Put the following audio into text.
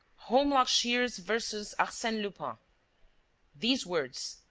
holmlock shears versus arsene lupin these words,